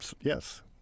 Yes